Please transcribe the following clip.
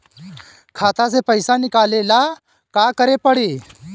खाता से पैसा निकाले ला का करे के पड़ी?